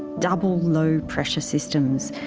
double-low pressure systems,